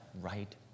right